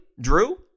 Drew